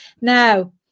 Now